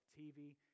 TV